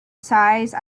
size